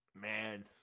man